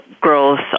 growth